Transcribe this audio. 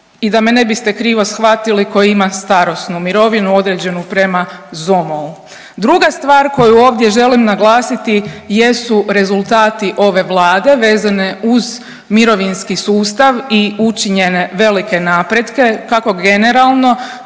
i da me ne biste krivo shvatili koji ima starosnu mirovinu određenu prema ZOMO-u. Druga stvar koju ovdje želim naglasiti jesu rezultati ove Vlade vezane uz mirovinski sustav i učinjene velike napretke, kako generalno